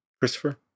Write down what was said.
Christopher